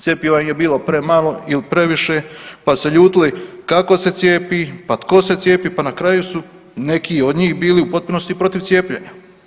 Cjepiva je bilo premalo ili previše, pa su se ljutili kako se cijepi, pa tko se cijepi, pa na kraju su neki od njih bili u potpunosti protiv cijepljenja.